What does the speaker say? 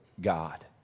God